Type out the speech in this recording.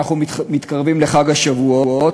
אנחנו מתקרבים לחג השבועות,